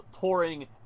touring